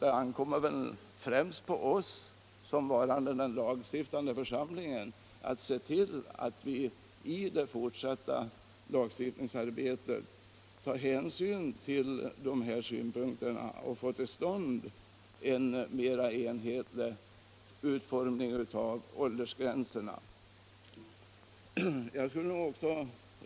Det ankommer således främst på oss, såsom varande den lagstiftande församlingen, att se till att vi i det fortsatta lagstiftningsarbetet tar hänsyn till dessa synpunkter och därmed får till stånd en mera enhetlig utformning av åldersgränserna.